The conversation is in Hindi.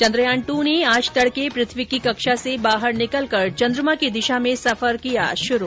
चन्द्रयान दू ने आज तडके पृथ्वी की कक्षा से बाहर निकलकर चन्द्रमा की दिशा में सफर किया शुरू